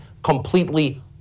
completely